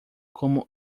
como